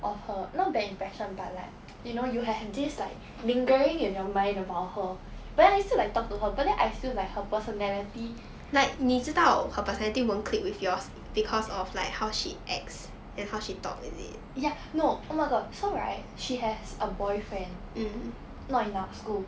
of her not bad impression but like you know you have this like lingering in your mind about her but then I still like talk to her but then I still like her personality ya no oh my god so right she has a boyfriend not in our school